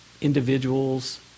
individuals